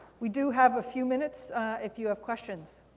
we do have a few minutes if you have questions.